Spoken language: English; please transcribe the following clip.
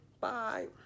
bye